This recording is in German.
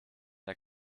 der